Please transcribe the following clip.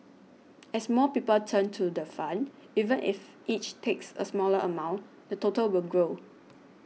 as more people turn to the fund even if each takes a smaller amount the total will grow